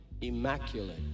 immaculate